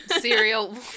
cereal